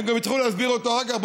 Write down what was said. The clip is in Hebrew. הם גם יצטרכו להסביר אותו אחר כך,